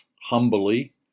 humbly